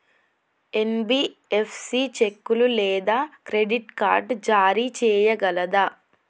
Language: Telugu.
ఎన్.బి.ఎఫ్.సి చెక్కులు లేదా క్రెడిట్ కార్డ్ జారీ చేయగలదా?